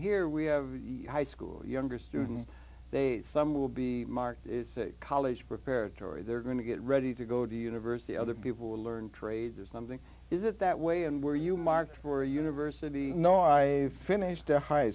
here we have high school younger students they some will be marked college preparatory they're going to get ready to go to university other people will learn trades or something is it that way and where you marked for university no i have finished high